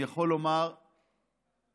אני יכול לומר בוודאות